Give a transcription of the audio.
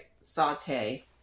saute